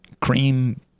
cream